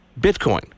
Bitcoin